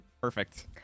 Perfect